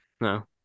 No